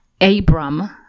Abram